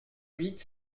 huit